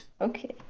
Okay